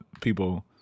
people –